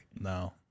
No